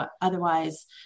otherwise